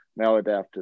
maladaptive